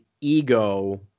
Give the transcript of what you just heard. ego